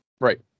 Right